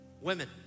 Women